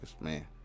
man